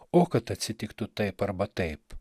o kad atsitiktų taip arba taip